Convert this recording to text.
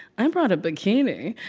i brought a bikini.